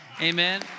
Amen